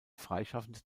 freischaffend